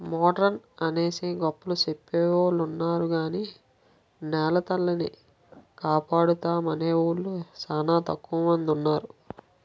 modern అనేసి గొప్పలు సెప్పెవొలున్నారు గాని నెలతల్లిని కాపాడుతామనేవూలు సానా తక్కువ మందున్నారు